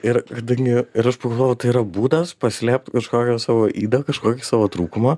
ir kadangi ir aš pagalvojau tai yra būdas paslėpt kažkokią savo ydą kažkokį savo trūkumą